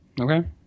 Okay